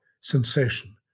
sensation